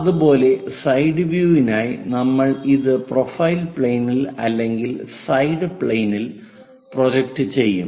അതുപോലെ സൈഡ് വ്യൂഇനായി നമ്മൾ ഇത് പ്രൊഫൈൽ പ്ലെയിനിൽ അല്ലെങ്കിൽ സൈഡ് പ്ലെയിനിൽ പ്രൊജക്റ്റ് ചെയ്യും